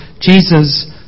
Jesus